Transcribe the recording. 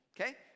Okay